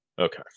Okay